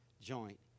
joint